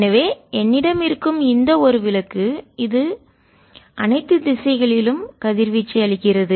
எனவே என்னிடம் இருக்கும் இந்த ஒரு விளக்கு இது அனைத்து திசைகளிலும் கதிர்வீச்சை அளிக்கிறது